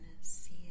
See